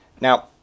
Now